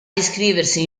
iscriversi